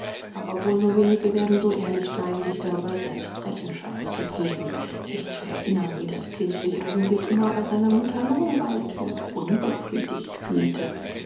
aber wohl nur wenige werden so ehrlich sein sich darüber selbst rechenschaft zu geben sich zu erinnern wie das kind sich eigentlich immer bei seiner mutter langweilte und unbefriedigt fühlte